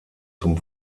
zum